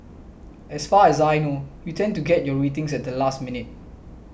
as far as I know you tend to get your ratings at the last minute